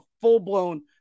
full-blown